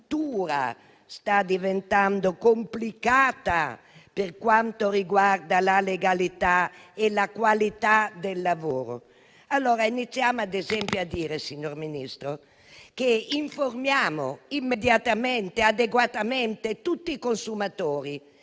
sta diventando complicata per quanto riguarda la legalità e la qualità del lavoro. Iniziamo ad esempio a dire, signor Ministro, che informiamo immediatamente adeguatamente tutti i consumatori